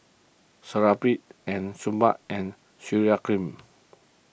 Supravit and Bath and Urea Cream